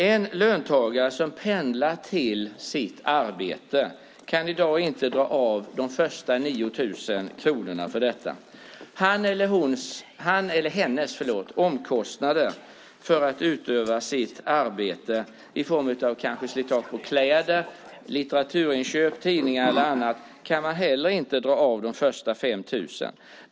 En löntagare som pendlar till sitt arbete kan i dag inte dra av de första 9 000 kronorna för detta. Omkostnader för att utöva arbetet - kanske i form av slitage på kläder, litteraturinköp, tidningar eller annat - kan man heller inte dra av vad gäller de första 5 000 kronorna.